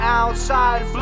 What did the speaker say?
outside